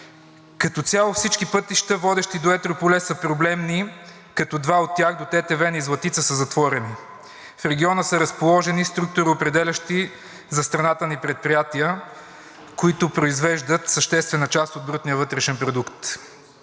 Като цяло всички пътища, водещи до Етрополе, са проблемни, като два от тях – до Тетевен и Златица са затворени. В региона са разположени структуроопределящи за страната ни предприятия, които произвеждат съществена част от брутния вътрешен продукт.